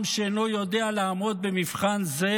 עם שאינו יודע לעמוד במבחן זה,